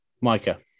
Micah